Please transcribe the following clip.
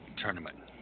tournament